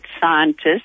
scientists